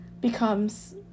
becomes